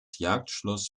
jagdschloss